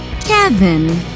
Kevin